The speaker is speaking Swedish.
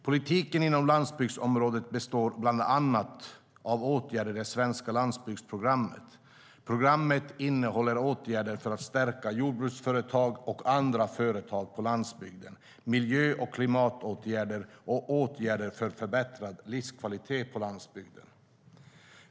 Politiken inom landsbygdsområdet består bland annat av åtgärder i det svenska landsbygdsprogrammet. Programmet innehåller åtgärder för att stärka jordbruksföretag och andra företag på landsbygden, miljö och klimatåtgärder samt åtgärder för förbättrad livskvalitet på landsbygden.